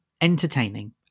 entertaining